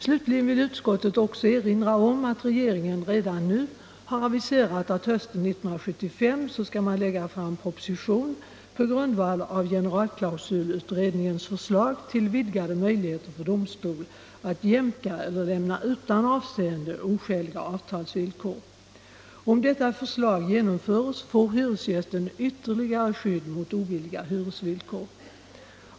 Slutligen vill utskottet erinra om att regeringen redan nu har aviserat att hösten 1975 lägga fram proposition på grundval av generalklausuls utredningens förslag till vidgade möjligheter för domstol att jämka eller lämna utan avseende oskäliga avtalsvillkor. Om detta förslag genomförs får hyresgästen ytterligare skydd mot obilliga hyresvillkor.